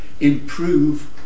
improve